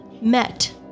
met